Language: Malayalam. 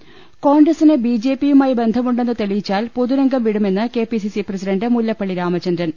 പ കോൺഗ്രസിന് ബിജെപിയുമായി ബന്ധമുണ്ടെന്ന് തെളിയി ച്ചാൽ പൊതുരുംഗം വിടുമെന്ന് K P C C president Mullappally Ramachandran